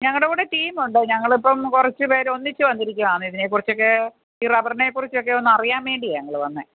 ഞങ്ങളുടെ കൂടെ ടീമുണ്ട് ഓ ഞങ്ങളിപ്പം കുറച്ച് പേരൊന്നിച്ച് വന്നിരിക്കുവാന്ന് ഇതിനെക്കുറിച്ചൊക്കെ ഈ റബ്ബറിനെക്കുറിച്ചൊക്കെ ഒന്നറിയാൻ വേണ്ടിയാണ് ഞങ്ങള് വന്നത്